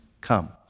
come